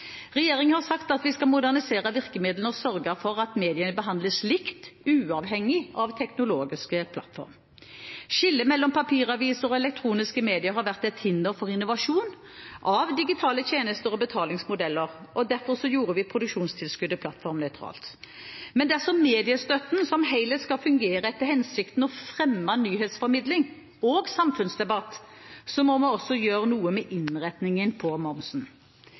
Regjeringen har sagt at vi skal modernisere virkemidlene og sørge for at mediene behandles likt – uavhengig av teknologisk plattform. Skillet mellom papiraviser og elektroniske medier har vært et hinder for innovasjon av digitale tjenester og betalingsmodeller. Derfor gjorde vi produksjonstilskuddet plattformnøytralt. Men dersom mediestøtten som helhet skal fungere etter hensikten og fremme nyhetsformidling og samfunnsdebatt, må vi også gjøre noe med innretningen på momsen.